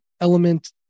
element